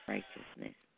Righteousness